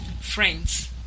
Friends